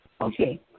Okay